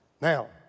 Now